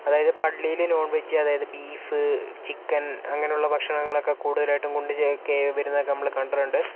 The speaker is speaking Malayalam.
അതായത് പള്ളീല് നോൺ വെജ് അതായത് ബീഫ് ചിക്കൻ അങ്ങനുള്ള ഭക്ഷണങ്ങളൊക്കെ കൂടുതലായിട്ട് കൊണ്ട് വരുന്നത് നമ്മള് കണ്ടിട്ടുണ്ട്